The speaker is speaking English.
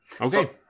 Okay